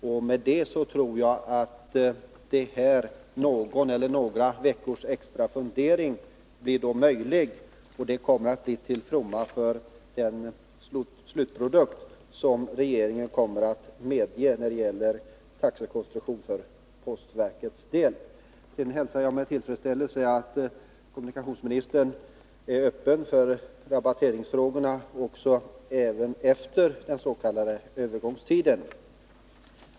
Därigenom blir det ju möjligt att fundera på saken några veckor, och jag tror att det kommer att vara till fromma för det svar som regeringen skall presentera när det gäller taxekonstruktionen för postverkets del. Jag hälsar med tillfredsställelse att kommunikationsministern är öppen för ett studium av rabatteringsfrågorna även efter den s.k. övergångstiden.